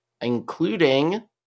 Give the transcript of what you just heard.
including